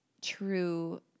true